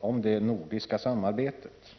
om det nordiska samarbetet.